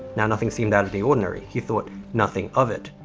nothing seemed out of the ordinary, he thought nothing of it,